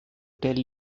tell